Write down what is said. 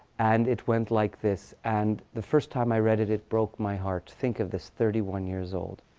and it went like this. and the first time i read it, it broke my heart. think of this thirty one years old.